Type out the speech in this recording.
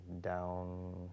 down